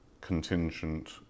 contingent